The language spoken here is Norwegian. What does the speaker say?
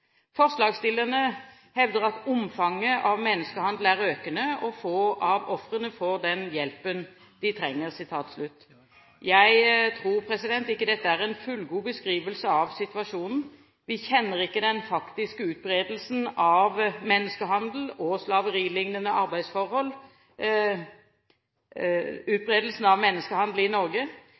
Forslagsstillerne hevder: «Omfanget av menneskehandel er økende, og få av ofrene får den hjelpen de trenger.» Jeg tror ikke dette er en fullgod beskrivelse av situasjonen. Vi kjenner ikke den faktiske utbredelsen av menneskehandel i Norge. Det som er uomtvistet, er at vi må være på vakt mot at menneskehandel og slaverilignende arbeidsforhold sprer seg i